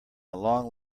long